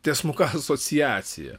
tiesmuka asociacija